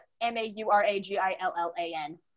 M-A-U-R-A-G-I-L-L-A-N